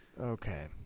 Okay